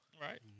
Right